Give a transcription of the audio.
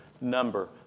number